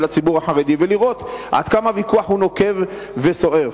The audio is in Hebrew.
הציבור החרדי ולראות עד כמה הוויכוח הוא נוקב וסוער.